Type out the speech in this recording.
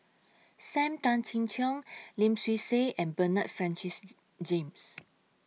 SAM Tan Chin Siong Lim Swee Say and Bernard Francis James